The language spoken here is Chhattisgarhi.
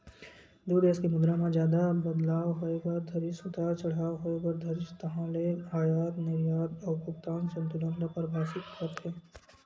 दू देस के मुद्रा म जादा बदलाव होय बर धरिस उतार चड़हाव होय बर धरिस ताहले अयात निरयात अउ भुगतान संतुलन ल परभाबित करथे